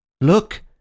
Look